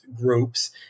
groups